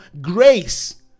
grace